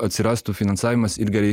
atsirastų finansavimas ir gerai